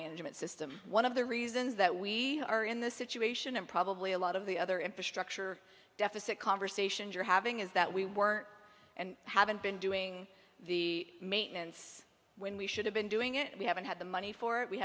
management system one of the reasons that we are in this situation and probably a lot of the other infrastructure deficit conversation you're having is that we weren't and haven't been doing the maintenance when we should have been doing it we haven't had the money for it we